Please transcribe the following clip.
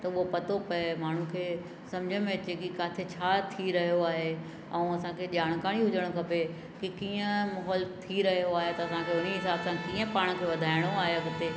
त उहो पतो पए माण्हुनि खे सम्झ में अचे की किथे छा थी रहियो आहे ऐं असांखे ॼाणकारी हुजण खपे की कीअं माहौल थी रहियो आहे त असांखे उनी हिसाब सां कीअं पाण खे वधाइणो आहे अॻिते